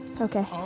Okay